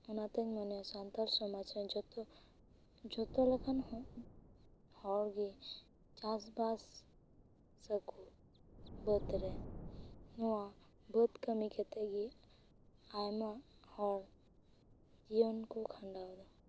ᱚᱱᱟᱛᱮᱧ ᱢᱚᱱᱮᱭᱟ ᱥᱟᱱᱛᱟᱲ ᱥᱚᱢᱟᱡᱽ ᱨᱮᱱ ᱡᱚᱛᱚ ᱡᱚᱛᱚ ᱞᱮᱠᱟᱱ ᱦᱚᱸ ᱦᱚᱲ ᱜᱮ ᱪᱟᱥ ᱵᱟᱥ ᱵᱟᱹᱫ ᱨᱮ ᱱᱚᱣᱟ ᱵᱟᱹᱫ ᱠᱟᱹᱢᱤ ᱠᱟᱛᱮᱫ ᱜᱮ ᱟᱭᱢᱟ ᱦᱚᱲ ᱡᱤᱭᱚᱱ ᱠᱚ ᱠᱷᱟᱸᱰᱟᱣ ᱮᱫᱟ